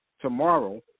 tomorrow